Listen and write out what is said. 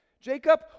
Jacob